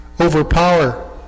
overpower